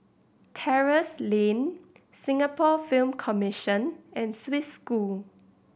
Terrasse Lane Singapore Film Commission and Swiss School